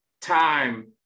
time